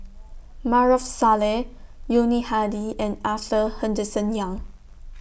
Maarof Salleh Yuni Hadi and Arthur Henderson Young